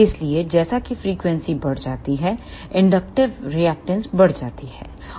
इसलिए जैसा कि फ्रीक्वेंसी बढ़ जाती है इंडक्टिव रिएक्टेंस बढ़ जाती है